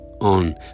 on